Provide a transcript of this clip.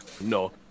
No